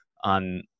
on